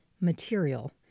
material